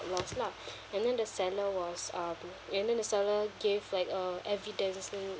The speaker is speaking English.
lost lah and then the seller was um and then the seller gave like a evidence